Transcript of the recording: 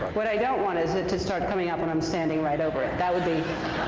what i don't want is it to start coming up when i'm standing right over it. that would be